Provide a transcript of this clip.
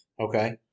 Okay